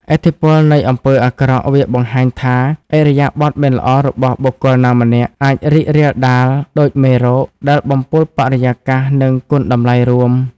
ឥទ្ធិពលនៃអំពើអាក្រក់ វាបង្ហាញថា ឥរិយាបថមិនល្អរបស់បុគ្គលណាម្នាក់ អាច រីករាលដាល ដូចមេរោគ ដែលបំពុលបរិយាកាស និងគុណតម្លៃរួម។